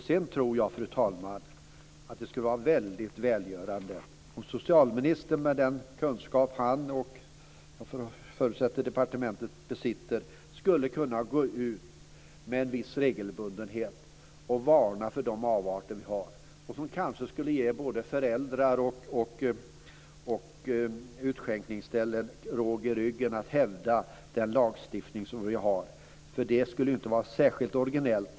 Sedan tror jag, fru talman, att det skulle vara väldigt välgörande om socialministern med den kunskap som han och, förutsätter jag, departementet besitter med viss regelbundenhet kunde gå ut och varna för de avarter som finns. Kanske skulle det ge både föräldrar och utskänkningsställen råg i ryggen när det gäller att hävda vår lagstiftning. Det skulle inte vara särskilt originellt.